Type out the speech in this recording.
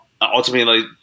ultimately